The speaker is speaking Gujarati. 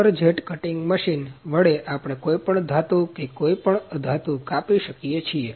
વોટર જેટ કટીંગ મશીન વડે આપણે કોઈ પણ ધાતુ કે કોઈ પણ અધાતુ કાપી શકીએ છીએ